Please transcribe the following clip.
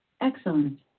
Excellent